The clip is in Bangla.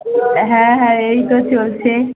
হ্যাঁ হ্যাঁ এই তো চলছে